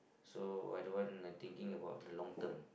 so I don't want like thinking about the long term